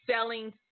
selling